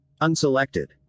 Unselected